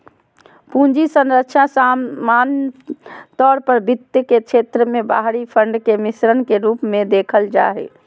पूंजी संरचना सामान्य तौर पर वित्त के क्षेत्र मे बाहरी फंड के मिश्रण के रूप मे देखल जा हय